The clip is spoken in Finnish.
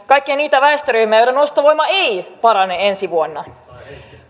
kaikkia niitä väestöryhmiä joiden ostovoima ei parane ensi vuonna